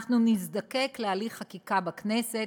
אנחנו נזדקק להליך חקיקה בכנסת,